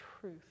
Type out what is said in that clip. truth